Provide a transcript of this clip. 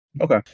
okay